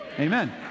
Amen